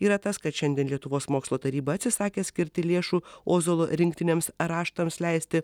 yra tas kad šiandien lietuvos mokslo taryba atsisakė skirti lėšų ozolo rinktiniams raštams leisti